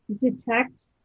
detect